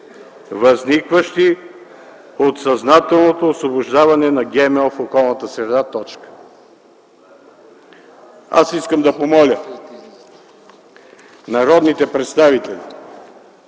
възникващи от съзнателното освобождаване на ГМО в околната среда.” Аз искам да помоля народните представители